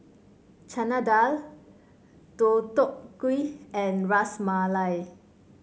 Chana Dal Deodeok Gui and Ras Malai